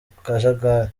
kajagari